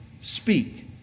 speak